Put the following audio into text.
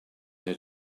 her